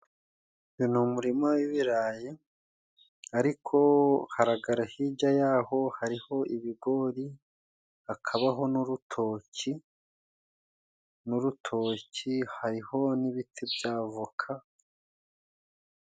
Uyu ni umurima w'ibirayi ariko haragara hirya yaho hariho ibigori hakabaho n'urutoki, n'urutoki hariho n'ibiti by'avoka.